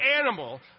animal